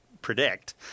predict